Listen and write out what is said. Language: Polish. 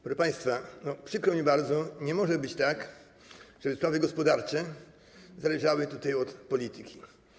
Proszę państwa, przykro mi bardzo, nie może być tak, żeby sprawy gospodarcze zależały od polityki.